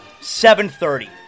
7.30